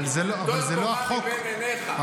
טול קורה מבין עיניך.